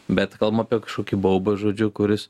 bet kalbam apie kažkokį baubą žodžiu kuris